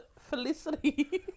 Felicity